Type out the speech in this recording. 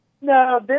No